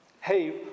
Hey